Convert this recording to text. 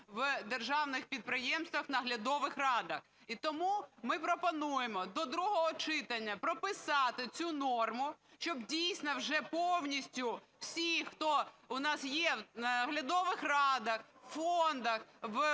в державних підприємствах у наглядових радах. І тому ми пропонуємо до другого читання прописати цю норму, щоб дійсно вже повністю всі, хто у нас є у наглядових радах, в фондах, в